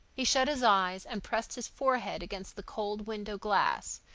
he shut his eyes and pressed his forehead against the cold window glass,